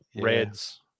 reds